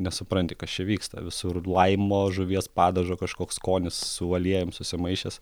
nesupranti kas čia vyksta visur laimo žuvies padažo kažkoks skonis su aliejum susimaišęs